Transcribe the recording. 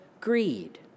greed